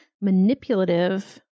manipulative